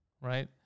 right